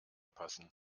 passen